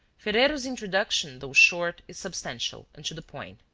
ferrero's introduction, though short, is substantial, and to the point.